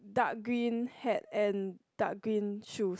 dark green hat and dark green shoes